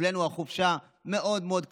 אצלנו החופשה מאוד מאוד קצרה,